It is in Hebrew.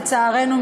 לצערנו,